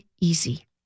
easy